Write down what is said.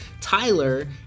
Tyler